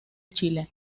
chile